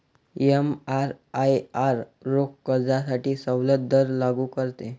एमआरआयआर रोख कर्जासाठी सवलत दर लागू करते